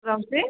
ରହୁଛି